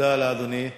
תודה לאדוני.